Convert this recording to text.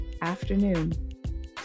afternoon